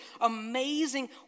amazing